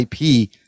IP